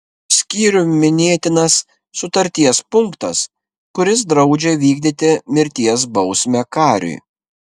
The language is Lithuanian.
skyrium minėtinas sutarties punktas kuris draudžia vykdyti mirties bausmę kariui